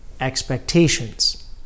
expectations